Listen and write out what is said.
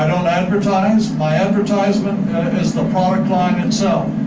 don't advertise. my advertisement is the product line and so